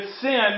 sin